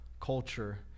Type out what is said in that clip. culture